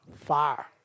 Fire